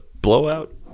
blowout